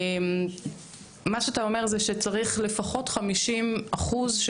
מה שאתה אומר זה שצריך לפחות 50% של